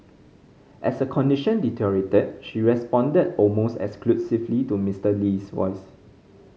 as her condition deteriorated she responded almost exclusively to Mister Lee's voice